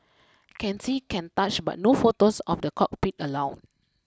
can see can touch but no photos of the cockpit allowed